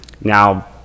now